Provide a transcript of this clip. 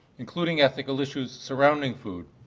including ethical issues surrounding food.